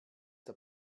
der